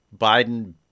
Biden